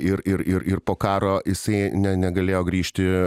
na ir ir ir ir po karo jisai negalėjo grįžti